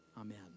Amen